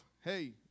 hey